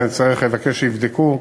לגבי התוספת, אני צריך שיבדקו.